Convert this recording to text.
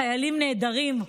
חיילים נהדרים,